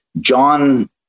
John